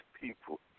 people